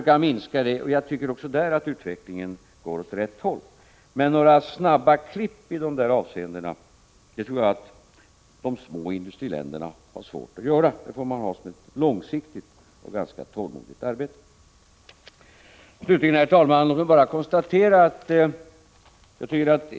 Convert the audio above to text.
Jag tycker att utvecklingen också på det området går åt rätt håll. Men några snabba klipp i de avseendena tror jag att de små industriländerna har svårt att göra. Det får man se som ett långsiktigt och ganska tålmodigt arbete. Låt mig slutligen, herr talman, bara göra ett konstaterande.